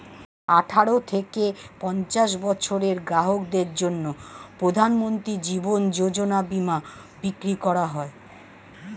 আঠারো থেকে পঞ্চাশ বছরের গ্রাহকদের জন্য প্রধানমন্ত্রী জীবন যোজনা বীমা বিক্রি করা হয়